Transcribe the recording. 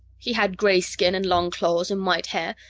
he had gray skin and long claws and white hair,